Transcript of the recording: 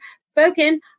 spoken